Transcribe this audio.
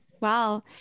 wow